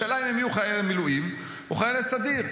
השאלה היא אם הם יהיו חיילי מילואים או חיילי סדיר.